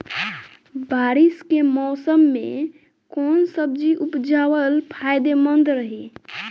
बारिश के मौषम मे कौन सब्जी उपजावल फायदेमंद रही?